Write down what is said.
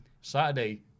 Saturday